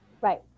Right